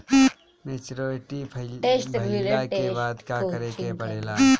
Maturity भईला के बाद का करे के पड़ेला?